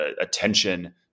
attention